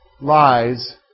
lies